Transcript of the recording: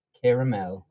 caramel